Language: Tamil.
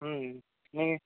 ம் நீங்கள்